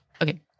Okay